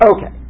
Okay